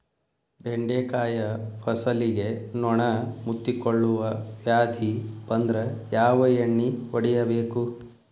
ಬೆಂಡೆಕಾಯ ಫಸಲಿಗೆ ನೊಣ ಮುತ್ತಿಕೊಳ್ಳುವ ವ್ಯಾಧಿ ಬಂದ್ರ ಯಾವ ಎಣ್ಣಿ ಹೊಡಿಯಬೇಕು?